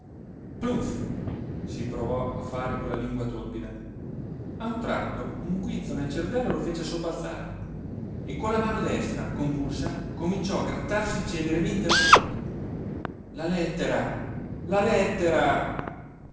plumf si provò a fare con la lingua torpida a un tratto un guizzo nel cervello lo fece sobbalzare e con la mano destra convulsa cominciò a grattarsi celermente la fronte la lettera la lettera